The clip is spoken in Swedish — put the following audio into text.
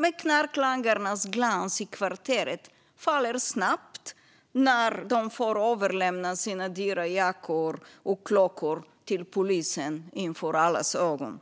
Men knarklangarnas glans i kvarteret faller snabbt när de får överlämna sina dyra jackor och klockor till polisen inför allas ögon.